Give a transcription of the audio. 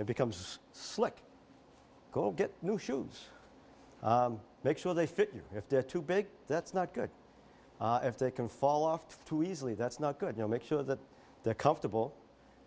and becomes slick go get new shoes make sure they fit you if they're too big that's not good if they can fall off too easily that's not good you know make sure that they're comfortable